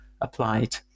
applied